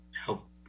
help